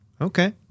Okay